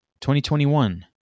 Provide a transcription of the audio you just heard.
2021